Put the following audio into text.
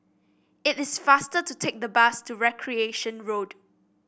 it is faster to take the bus to Recreation Road